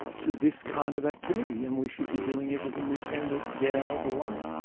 to this kind of activity and we should be doing everything we can to get out of the way.